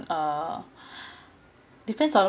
uh depends on